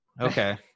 Okay